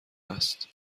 است